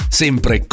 sempre